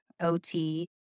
OT